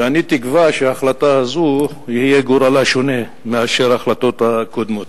ואני תקווה שהחלטה זו יהיה גורלה שונה משל ההחלטות הקודמות.